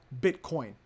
Bitcoin